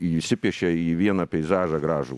įsipliešia į vieną peizažą gražų